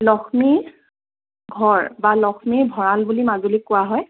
লক্ষ্মী ঘৰ বা লক্ষ্মীৰ ভঁৰাল বুলি মাজুলীক কোৱা হয়